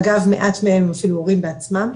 אגב, מעט מהם אפילו הורים בעצמם,